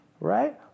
right